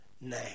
now